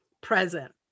present